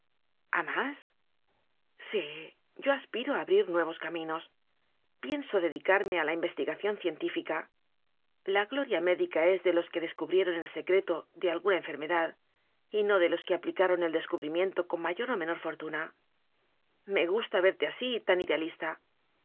más sí yo aspiro a abrir nuevos caminos pienso dedicarme a la investigación cientí fica la gloria médica es de los que descu brieron el secreto de alguna enfermedad y no de los que aplicaron el descubrimiento con mayor o menor fortuna me gusta verte así tan idealista